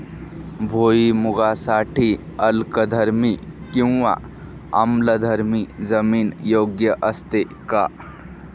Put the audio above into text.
भुईमूगासाठी अल्कधर्मी किंवा आम्लधर्मी जमीन योग्य असते का?